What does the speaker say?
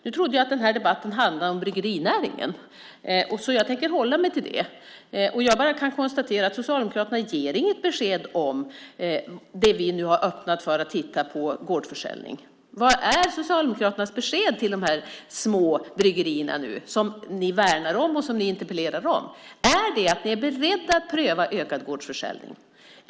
Nu trodde jag att den här debatten handlade om bryggerinäringen, så jag tänker hålla mig till det. Jag kan bara konstatera att Socialdemokraterna inte ger något besked om det vi nu har öppnat för att titta på, nämligen gårdsförsäljning. Vad är Socialdemokraternas besked till de små bryggerierna som ni värnar om och interpellerar om? Är ni beredda att pröva ökad gårdsförsäljning?